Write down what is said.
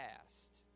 past